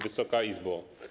Wysoka Izbo!